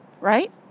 right